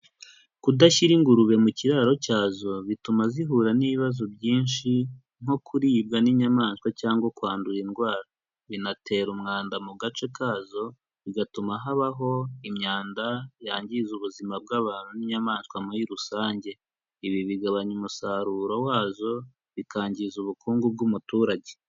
Kudashyira ingurube mu kiraro cyazo bituma zihura n'ibibazo byinshi nko kuribwa n'inyamaswa cyangwa kwandura indwara, binatera umwanda mu gace kazo bigatuma habaho imyanda yangiza ubuzima bw'abantu n'inyamaswa muri rusange. Ibi bigabanya umusaruro wazo, bikangiza ubukungu bw'umuturage.